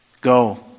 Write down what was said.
Go